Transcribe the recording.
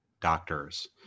doctors